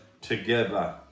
together